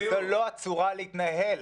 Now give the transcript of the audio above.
זאת לא הצורה להתנהל.